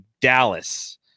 Dallas